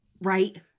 Right